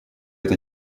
это